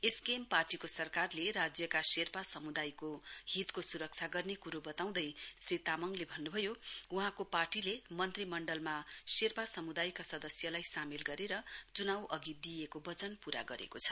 SKM पार्टीको सरकारले राज्यका शेर्पा समुदायका हितको सुरक्षा गर्ने कुरो वताउँदै श्री तामङले भन्नुभयो वहाँको पार्टीले मन्त्रीमण्डलमा शेर्पा समुदायका सदस्यलाई सामेल गरेर चुनाउ अघि दिइको वचन पूरा गरेको छ